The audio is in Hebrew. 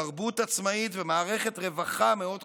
תרבות עצמאית ומערכת רווחה מאוד חזקה.